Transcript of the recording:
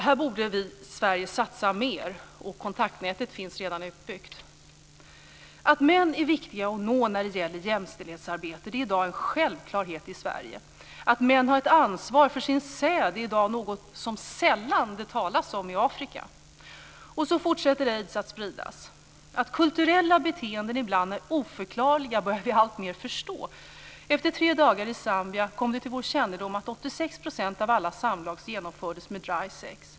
Här borde Sverige satsa mer. Kontaktnätet är redan uppbyggt. Att män är viktiga att nå när det gäller jämställdhetsarbete är i dag en självklarhet i Sverige. Att män har ett ansvar för sin säd är i dag något som det sällan talas om i Afrika. Och så fortsätter aids att spridas. Att kulturella beteenden ibland är oförklarliga börjar vi alltmer förstå. Efter tre dagar i Zambia kom det till vår kännedom att 86 % av alla samlag genomförs med dry sex.